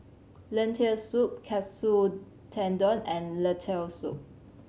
Lentil Soup Katsu Tendon and Lentil Soup